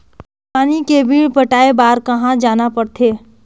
पानी के बिल पटाय बार कहा जाना पड़थे?